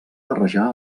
barrejar